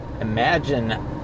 imagine